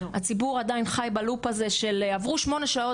הציבור עדיין חי בלופ הזה של עברו שמונה שעות,